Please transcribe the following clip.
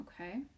okay